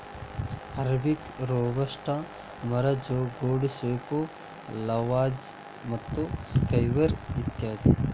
arabica, robusta, ಮರಗೋಡಜೇಪ್, Lavazza ಮತ್ತು Skybury ಇತ್ಯಾದಿ